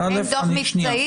אין דוח מבצעי?